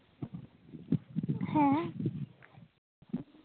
ᱦᱮᱸ